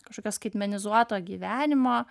kažkokio skaitmenizuoto gyvenimo